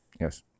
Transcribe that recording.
Yes